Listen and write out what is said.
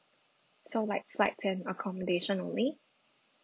so like flights and accommodation only